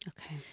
Okay